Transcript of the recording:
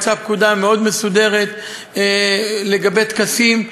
יצאה פקודה מסודרת מאוד לגבי טקסים,